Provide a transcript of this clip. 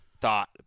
thought